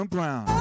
Brown